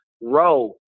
row